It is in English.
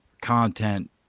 content